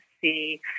see